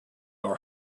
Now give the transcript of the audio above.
are